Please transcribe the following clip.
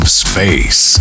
space